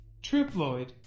Triploid